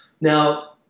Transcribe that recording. Now